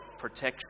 protection